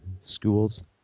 schools